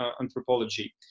anthropology